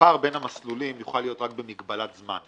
שהפער בין המסלולים יוכל להיות רק במגבלת זמן.